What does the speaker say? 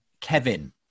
kevin